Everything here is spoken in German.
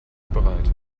bereit